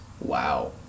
Wow